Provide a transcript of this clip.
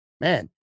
man